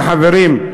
אבל, חברים,